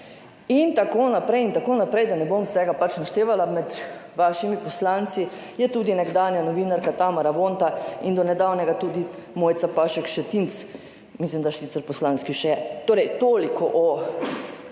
itn., da ne bom vsega pač naštevala. Med vašimi poslanci je tudi nekdanja novinarka Tamara Vonta in do nedavnega tudi Mojca Pašek Šetinc - mislim, da sicer poslanski